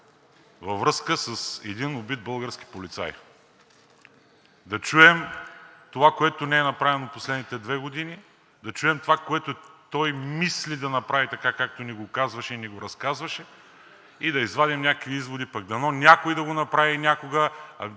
във връзка с един убит български полицай. Да чуем това, което не е направено последните две години, да чуем това, което той мисли да направи, така както ни го казваше и ни го разказваше, и да извадим някакви изводи, пък дано някой да го направи някога.